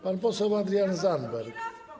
Pan poseł Adrian Zandberg.